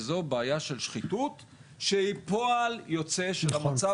וזו בעיה של שחיתות שהיא פועל יוצא של המצב הזה.